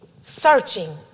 searching